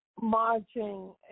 marching